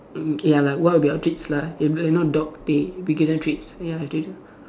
mm ya lah what would be our treats lah you know you know dog we give them treats ya they do